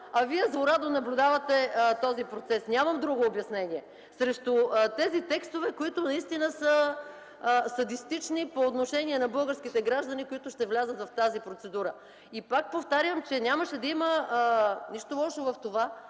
а Вие злорадо наблюдавате този процес. Нямам друго обяснение срещу тези текстове, които наистина са садистични по отношение на българските граждани, които ще влязат в тази процедура. И пак повтарям, че нямаше да има нищо лошо в това,